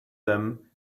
them